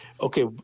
okay